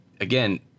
Again